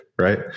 Right